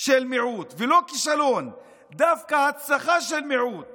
של מיעוט ולא כישלון, דווקא הצלחה של מיעוט